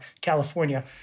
California